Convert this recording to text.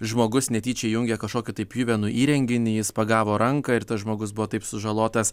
žmogus netyčia įjungė kažkokį tai pjuvenų įrenginį jis pagavo ranką ir tas žmogus buvo taip sužalotas